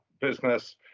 business